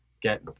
get